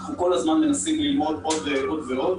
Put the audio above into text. אנחנו כל הזמן מנסים ללמוד עוד ועוד.